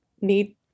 need